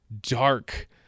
dark